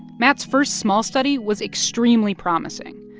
matt's first small study was extremely promising.